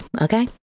okay